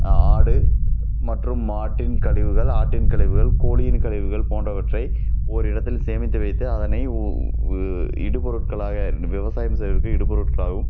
ஆடு மற்றும் மாட்டின் கழிவுகள் ஆட்டின் கழிவுகள் கோழியின் கழிவுகள் போன்றவற்றை ஒரு இடத்தில் சேமித்து வைத்து அதனை இடுப்பொருட்களாக விவசாயம் செய்வதற்கு இடுப்பொருட்களாகவும்